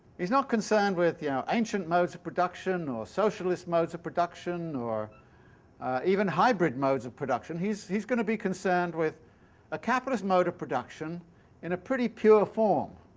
he's not concerned with yeah ancient modes of production or socialist modes of production or even hybrid modes of production. he's he's going to be concerned with a capitalist mode of production in a pretty pure form.